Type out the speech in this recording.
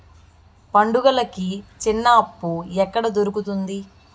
పండుగలకి చిన్న అప్పు ఎక్కడ దొరుకుతుంది